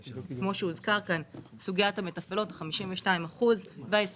אני חושב שבפרק הזמן שלאחר ההפרדה אם היינו חוזרים 15 שנה אחורה וחוזרים